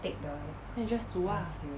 then 你 just 煮 ah